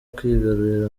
kwigarurira